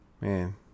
Man